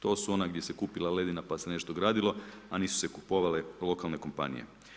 To su ona gdje se kupila ledina pa se nešto gradilo a nisu se kupovale lokalne kompanije.